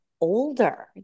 older